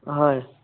হয়